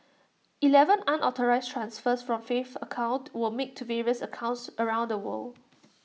Eleven unauthorised transfers from Faith's account were made to various accounts around the world